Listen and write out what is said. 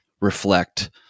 reflect